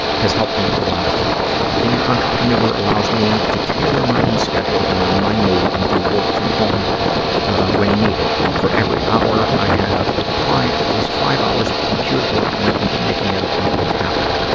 has helped me with a lot of things. being an entrepreneur allows me to tailor my own schedule around my mood and do work from home when needed. for every hour i have with a client, at least five hours of computer work went into making that appointment happen.